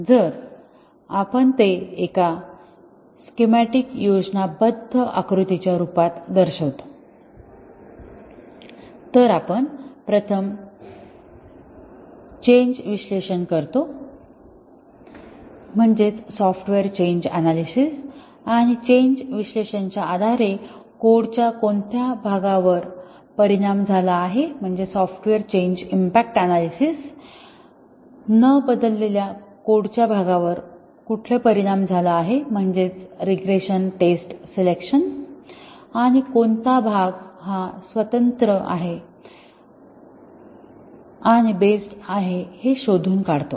जर आपण ते एका स्किम्याटिक योजनाबद्ध आकृतीच्या रूपात दर्शवितो तर आपण प्रथम चेंज विश्लेषण करतो आणि चेंज विश्लेषण च्या आधारे कोडच्या कोणत्या भागावर परिणाम झाला आहे न बदललेल्या कोडच्या कोणत्या भागावर परिणाम झाला आहे आणि कोणता भाग स्वतंत्र आणि बेस्ड आहे हे शोधून काढतो